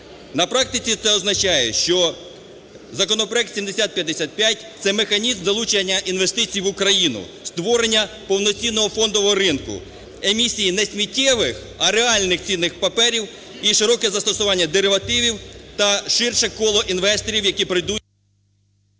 На практиці це означає, що законопроект 7055 – це механізм залучення інвестицій в Україну, створення повноцінного фондового ринку, емісій не сміттєвих, а реальних цінних паперів і широке застосування деривативів та ширше коло інвесторів, які прийдуть…